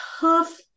tough